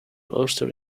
ulster